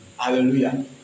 Hallelujah